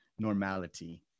normality